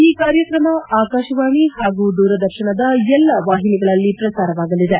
ಈ ಕಾರ್ಯಕ್ರಮ ಆಕಾಶವಾಣಿ ಹಾಗೂ ದೂರದರ್ಶನದ ಎಲ್ಲಾ ವಾಹಿನಿಗಳಲ್ಲಿ ಪ್ರಸಾರವಾಗಲಿದೆ